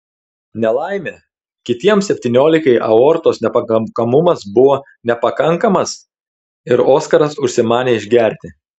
nelaimė kitiems septyniolikai aortos nepakankamumas buvo nepakankamas ir oskaras užsimanė išgerti